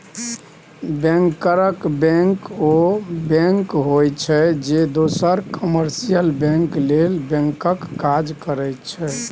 बैंकरक बैंक ओ बैंक होइ छै जे दोसर कामर्शियल बैंक लेल बैंकक काज करै छै